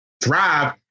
drive